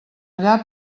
allà